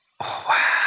wow